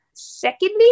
Secondly